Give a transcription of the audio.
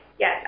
yes